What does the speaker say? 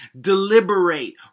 deliberate